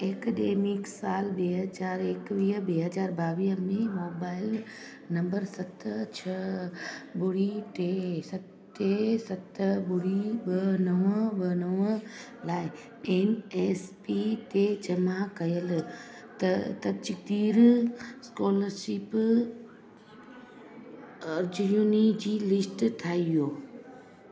academic साल ॿ हज़ार एकवीह ॿ हज़ार ॿावीह में मोबाइल नंबर सत छह ॿुड़ी टे स टे सत ॿुड़ी ॿ नव ॿ नव लाइ एल एस पी ते जमा कयल त तसदीक स्कोलरशिप अर्जीयुनि जी लिस्ट ठाहियो